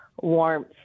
warmth